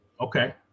Okay